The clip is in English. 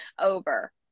over